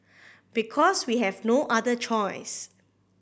because we have no other choice